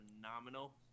phenomenal